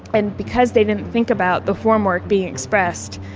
and because they didn't think about the formwork being expressed,